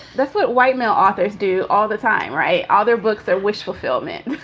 the foot white male authors do all the time, right? other books are wish fulfillment.